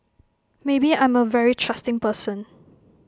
maybe I'm A very trusting person